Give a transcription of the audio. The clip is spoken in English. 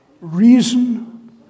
reason